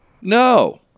No